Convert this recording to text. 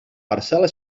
parcel·la